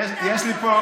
את זה הוא לא כתב,